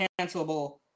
cancelable